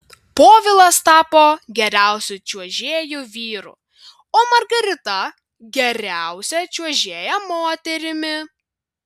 povilas tapo geriausiu čiuožėju vyru o margarita geriausia čiuožėja moterimi